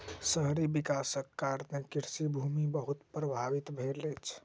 शहरी विकासक कारणें कृषि भूमि बहुत प्रभावित भेल अछि